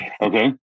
okay